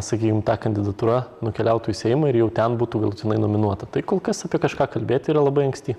sakykim ta kandidatūra nukeliautų į seimą ir jau ten būtų galutinai nominuota tai kol kas apie kažką kalbėti yra labai anksti